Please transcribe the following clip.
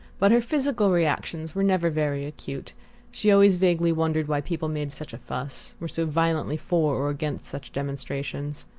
but her physical reactions were never very acute she always vaguely wondered why people made such a fuss, were so violently for or against such demonstrations.